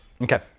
Okay